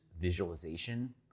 visualization